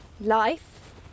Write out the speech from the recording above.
life